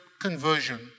conversion